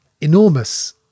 enormous